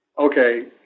okay